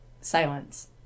silence